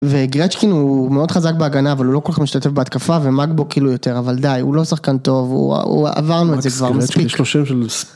וגריאצ'קין הוא מאוד חזק בהגנה, אבל הוא לא כל כך משתתף בהתקפה ומגבו כאילו יותר, אבל די, הוא לא שחקן טוב, עברנו את זה כבר מספיק.